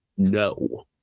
no